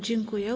Dziękuję.